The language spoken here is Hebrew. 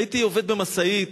הייתי עובד במשאית.